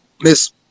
miss